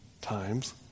times